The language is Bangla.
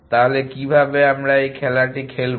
তাহলে কীভাবে আমরা এই খেলাটি খেলবো